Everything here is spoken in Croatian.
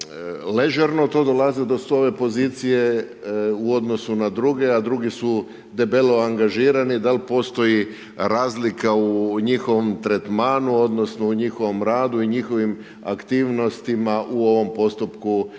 ležerno to dolaze do ove pozicije u odnosu na druge, a drugi su debelo angažirani, da li postoji razlika u njihovom tretmanu, odnosno, u njihovom radu i njihovim aktivnostima, u ovom postupku